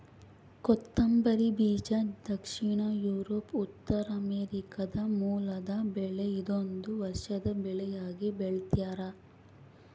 ಕೊತ್ತಂಬರಿ ಬೀಜ ದಕ್ಷಿಣ ಯೂರೋಪ್ ಉತ್ತರಾಮೆರಿಕಾದ ಮೂಲದ ಬೆಳೆ ಇದೊಂದು ವರ್ಷದ ಬೆಳೆಯಾಗಿ ಬೆಳ್ತ್ಯಾರ